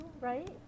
right